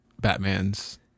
Batman's